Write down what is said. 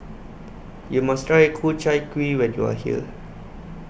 YOU must Try Ku Chai Kuih when YOU Are here